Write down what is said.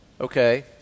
Okay